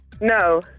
No